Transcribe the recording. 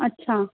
अच्छा